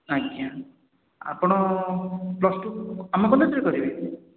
ଆଜ୍ଞା ଆପଣ plus two ଆମ କଲେଜରେ କରିବେ